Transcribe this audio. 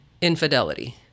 infidelity